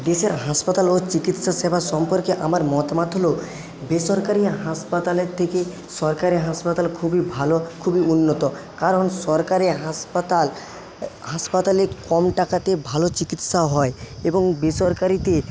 দেশের হাসপাতাল ও চিকিৎসা সেবা সম্পর্কে আমার মতামত হলো বেসরকারি হাসপাতালের থেকে সরকারি হাসপাতাল খুবই ভালো খুবই উন্নত কারণ সরকারি হাসপাতাল হাসপাতালে কম টাকাতে ভালো চিকিৎসাও হয় এবং বেসরকারিতে